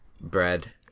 Bread